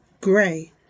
gray